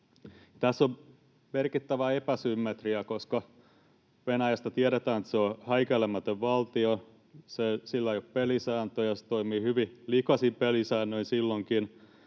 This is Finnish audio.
Tässä on merkittävää epäsymmetriaa, koska Venäjästä tiedetään, että se on häikäilemätön valtio, sillä ei ole pelisääntöjä, ja se toimii hyvin likaisin pelisäännöin silloinkin,